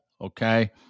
okay